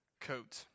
coat